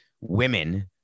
women